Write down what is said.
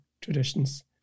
traditions